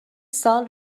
سال